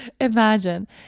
imagine